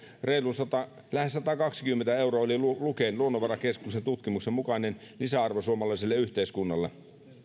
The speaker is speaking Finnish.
lähes satakaksikymmentä euroa eli se on luken luonnonvarakeskuksen tutkimuksen mukainen lisäarvo suomalaiselle yhteiskunnalle